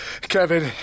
Kevin